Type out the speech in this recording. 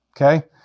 okay